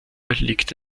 liegt